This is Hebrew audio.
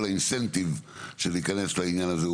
כל האינסנטיב של להיכנס לעניין הזה הוא